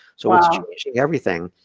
so he's changing everything,